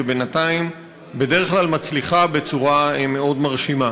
ובינתיים בדרך כלל מצליחה בצורה מאוד מרשימה.